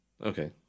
Okay